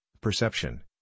perception